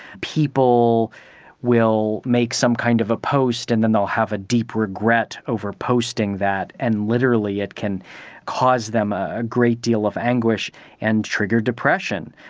people will make some kind of a post and then they'll have a deep regret over posting that, and literally it can cause them a great deal of anguish and trigger depression.